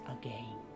again